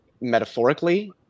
metaphorically